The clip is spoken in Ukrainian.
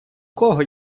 кого